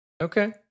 Okay